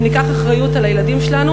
וניקח אחריות על הילדים שלנו.